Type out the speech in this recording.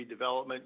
redevelopment